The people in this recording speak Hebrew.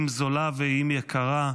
אם זולה ואם יקרה,